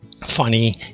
funny